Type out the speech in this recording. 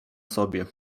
sobie